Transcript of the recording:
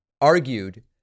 argued